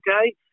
Okay